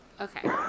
Okay